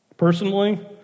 Personally